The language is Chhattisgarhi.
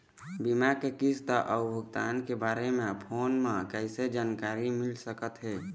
बीमा के किस्त अऊ भुगतान के बारे मे फोन म कइसे जानकारी मिल सकत हे?